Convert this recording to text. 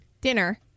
Dinner